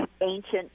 ancient